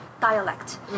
dialect